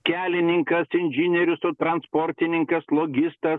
kelininkas inžinierius su transportininkas logistas